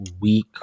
week